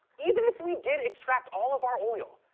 even if we did extract all of our oil,